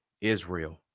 Israel